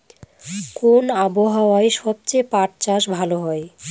কোন আবহাওয়ায় সবচেয়ে পাট চাষ ভালো হয়?